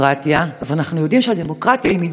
אז אנחנו יודעים שהדמוקרטיה היא מדרון חלקלק.